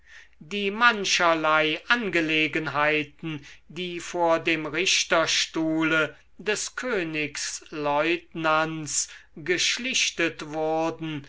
die mancherlei angelegenheiten die vor dem richterstuhle des königslieutenants geschlichtet wurden